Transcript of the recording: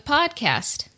Podcast